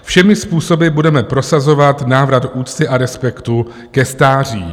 Všemi způsoby budeme prosazovat návrat úcty a respektu ke stáří.